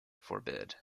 forbid